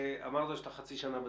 אמרת שאתה חצי שנה בתפקיד,